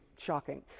shocking